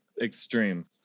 Extreme